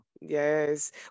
Yes